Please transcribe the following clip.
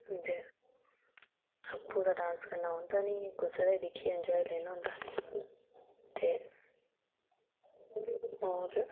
ते अप्पू ते डांस करना औंदा नी कुसे दा गै दिक्खियै इंजॉय करना पौंदा ते होर